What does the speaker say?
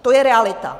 To je realita.